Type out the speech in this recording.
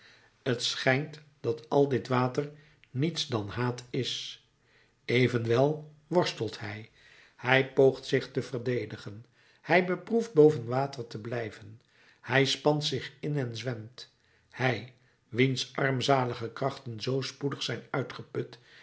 het schijnt dat al dit water niets dan haat is evenwel worstelt hij hij poogt zich te verdedigen hij beproeft boven water te blijven hij spant zich in en zwemt hij wiens armzalige krachten zoo spoedig zijn uitgeput